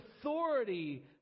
authority